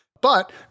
But-